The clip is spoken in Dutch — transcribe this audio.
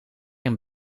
een